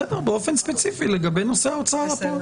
באופן ספציפי לגבי ההוצאה לפועל.